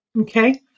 Okay